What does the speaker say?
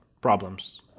problems